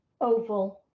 oval